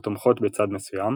או תומכות בצד מסוים,